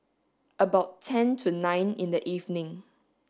about ten to nine in the evening